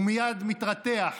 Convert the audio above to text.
הוא מייד מתרתח.